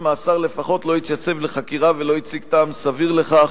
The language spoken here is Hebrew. מאסר לפחות לא התייצב לחקירה ולא הציג טעם סביר לכך.